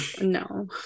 No